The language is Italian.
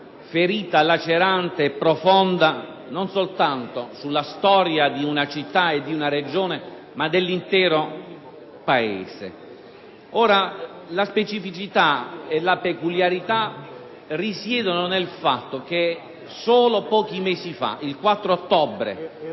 ferita lacerante e profonda, non soltanto alla storia di una città e di una Regione ma dell'intero Paese. La specificità e la peculiarità risiedono nel fatto che solo pochi mesi fa, il 4 ottobre,